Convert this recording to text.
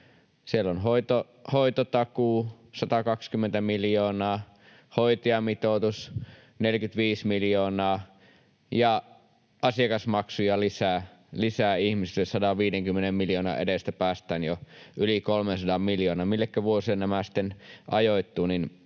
Siellä on hoitotakuu 120 miljoonaa, hoitajamitoitus 45 miljoonaa ja asiakasmaksuja lisää ihmisille 150 miljoonan edestä, ja päästään jo yli 300 miljoonan. Millekä vuosille nämä sitten ajoittuvat,